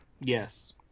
Yes